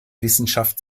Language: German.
wissenschaft